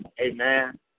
Amen